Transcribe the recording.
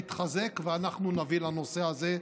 יתחזק ואנחנו נביא לנושא הזה סוף.